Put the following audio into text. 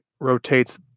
rotates